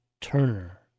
Turner